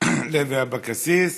לוי אבקסיס.